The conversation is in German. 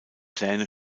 pläne